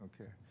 Okay